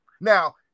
now